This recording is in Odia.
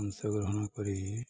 ଅଂଶଗ୍ରହଣ କରିି